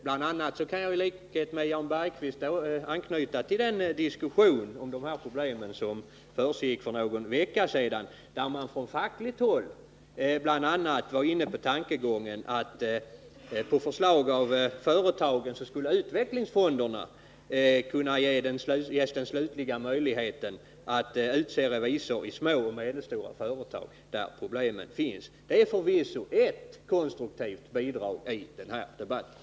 Bl. a. kan jag, i likhet med Jan Bergqvist, anknyta till den diskussion om de här problemen som fördes för någon vecka sedan, där man från fackligt håll var inne på tankegången att utvecklingsfonderna skulle kunna ges möjligheter att utse revisorer i små och medelstora företag, där problem finns. Det är förvisso ett konstruktivt bidrag till den här debatten.